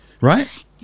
right